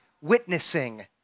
witnessing